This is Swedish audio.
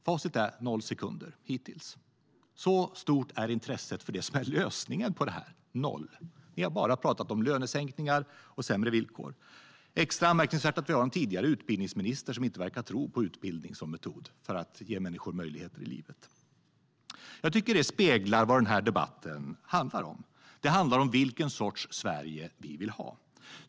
Facit är noll sekunder hittills. Så stort är intresset för det som är lösningen här - noll. Ni har bara pratat om lönesänkningar och sämre villkor. Extra anmärkningsvärt är att vi har en tidigare utbildningsminister som inte verkar tro på utbildning som metod för att ge människor möjligheter i livet. Jag tycker att det speglar vad den här debatten handlar om. Den handlar om vilken sorts Sverige vi vill ha.